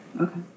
Okay